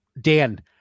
Dan